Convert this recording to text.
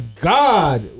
God